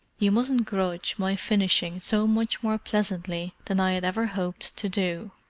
you mustn't grudge my finishing so much more pleasantly than i had ever hoped to do.